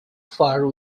far